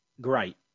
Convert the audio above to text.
great